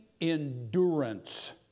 endurance